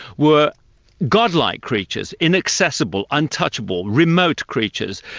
were godlike creatures, inaccessible, untouchable, remote creatures,